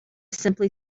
simply